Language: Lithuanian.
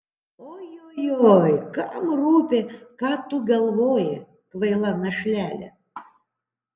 ojojoi kam rūpi ką tu galvoji kvaila našlele